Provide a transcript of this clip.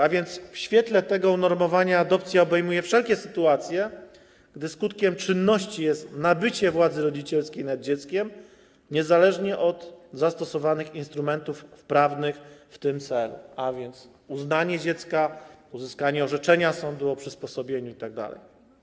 A więc w świetle tego unormowania adopcja obejmuje wszelkie sytuacje, gdy skutkiem czynności jest nabycie władzy rodzicielskiej nad dzieckiem niezależnie od zastosowanych instrumentów prawnych w tym celu, a więc uznanie dziecka, uzyskanie orzeczenia sądu o przysposobieniu itd.